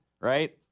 right